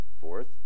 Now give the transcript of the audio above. Fourth